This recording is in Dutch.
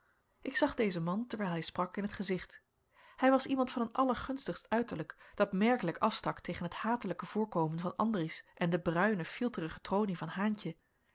ik zag dezen man terwijl hij sprak in t gezicht hij was iemand van een allergunstigst uiterlijk dat merkelijk afstak tegen het hatelijke voorkomen van andries en de bruine fielterige tronie van haentje